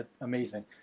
amazing